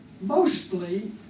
Mostly